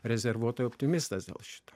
rezervuotai optimistas dėl šito